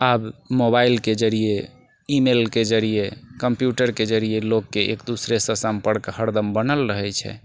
आब मोबाइलके जरिये ई मेलके जरिये कम्प्यूटरके जरिये लोककेँ एक दूसरे से सम्पर्क हरदम बनल रहैत छै